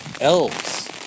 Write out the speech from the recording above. elves